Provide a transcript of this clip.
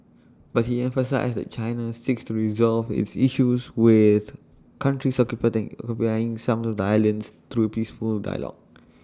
but he emphasised that China seeks to resolve its issues with countries who buying some of the islands through peaceful dialogue